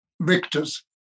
victors